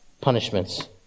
punishments